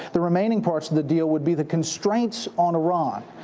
the remaining parts of the deal would be the constraints on iran.